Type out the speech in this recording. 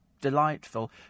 delightful